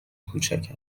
کوچک